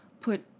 put